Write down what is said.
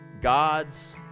God's